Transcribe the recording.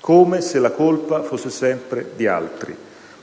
come se la colpa fosse sempre di altri,